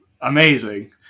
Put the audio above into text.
Amazing